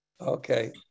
Okay